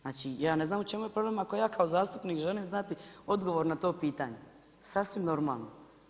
Znači ja ne znam u čemu je problem ako ja kao zastupnik želim znati odgovor na to pitanje, sasvim normalno.